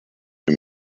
him